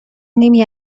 نیمی